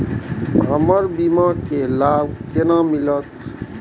हमर बीमा के लाभ केना मिलते?